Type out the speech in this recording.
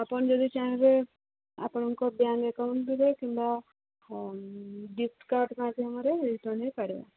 ଆପଣ ଯଦି ଚାହିଁବେ ଆପଣଙ୍କ ବ୍ୟାଙ୍କ୍ ଆକାଉଣ୍ଟ୍ ଦେବ କିମ୍ବା ଗିଫ୍ଟ୍ କାର୍ଡ଼ ମାଧ୍ୟମରେ ରିଟର୍ଣ୍ଣ ହେଇ ପାରିବ